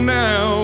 now